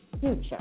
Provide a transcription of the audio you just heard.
Future